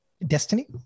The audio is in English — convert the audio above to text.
destiny